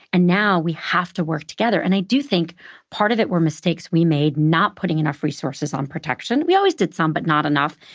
and now, we have to work together. and i do think part of it were mistakes we made, not putting enough resources on protection. we always did some, but not enough.